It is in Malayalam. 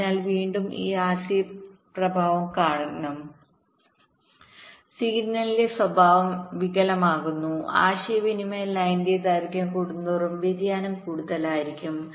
അതിനാൽ വീണ്ടും ഈ ആർസി പ്രഭാവം കാരണം സിഗ്നലിന്റെ സ്വഭാവം വികലമാകുന്നു ആശയവിനിമയ ലൈനിന്റെ ദൈർഘ്യം കൂടുന്തോറും വ്യതിചലനം കൂടുതലായിരിക്കും